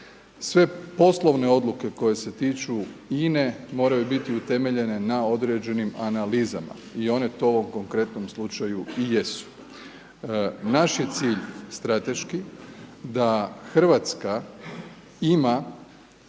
Sve poslovne odluke koje se tiču INA-e moraju biti utemeljene na određenim analizama i one to u ovom konkretnom slučaju i jesu. Naš je cilj strateški da RH ima